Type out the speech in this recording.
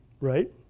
right